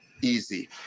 easy